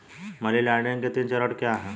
Money laundering के तीन चरण क्या हैं?